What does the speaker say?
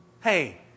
Hey